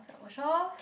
wash off